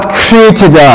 created